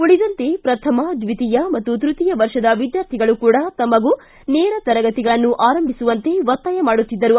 ಉಳಿದಂತೆ ಪ್ರಥಮ ದ್ವಿತೀಯ ಮತ್ತು ತೃತೀಯ ವರ್ಷದ ವಿದ್ಕಾರ್ಥಿಗಳು ಕೂಡ ತಮಗೂ ನೇರ ತರಗತಿಗಳನ್ನು ಆರಂಭಿಸುವಂತೆ ಒತ್ತಾಯ ಮಾಡುತ್ತಿದ್ದರು